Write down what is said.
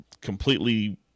completely